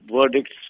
verdicts